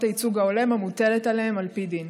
הייצוג ההולם המוטלת עליהם על פי דין.